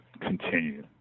continue